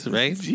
right